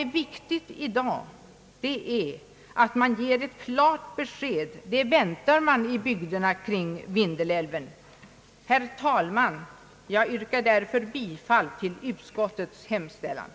Det viktiga i dag är att vi ger ett klart besked — det väntar man i bygderna kring Vindelälven. Herr talman! Jag yrkar därför bifall till utskottets hemställan.